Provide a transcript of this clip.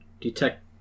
detect